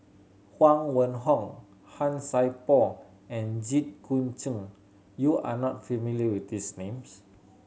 Huang Wenhong Han Sai Por and Jit Koon Ch'ng you are not familiar with these names